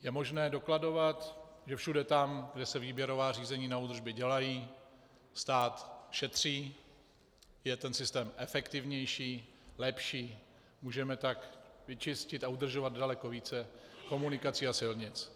Je možné dokladovat, že všude tam, kde se výběrová řízení na údržby dělají, stát šetří, je ten systém efektivnější, lepší, můžeme tak vyčistit a udržovat daleko více komunikací a silnic.